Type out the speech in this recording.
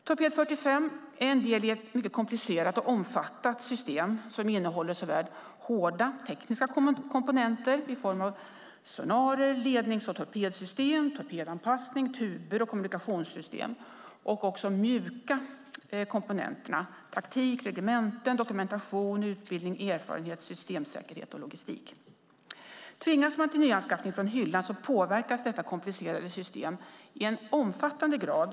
Torped 45 är en del i ett mycket komplicerat och omfattande system som innehåller både hårda tekniska komponenter i form av sonarer, lednings och torpedsystem, torpedanpassning, tuber och kommunikationssystem och mjuka komponenter som taktik, regementen, dokumentation, utbildning, erfarenhet, systemsäkerhet och logistik. Tvingas man till nyanskaffning från hyllan påverkas detta komplicerade system i en omfattande grad.